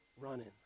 running